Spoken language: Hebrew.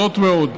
זאת ועוד,